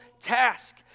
task